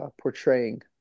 portraying